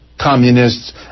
communists